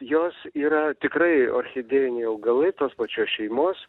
jos yra tikrai orchidėjiniai augalai tos pačios šeimos